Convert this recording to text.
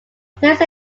placed